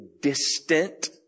distant